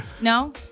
No